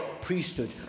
priesthood